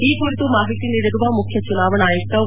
ಈ ಕುರಿತು ಮಾಹಿತಿ ನೀಡಿರುವ ಮುಖ್ಯ ಚುನಾವಣಾ ಆಯುಕ್ತ ಒ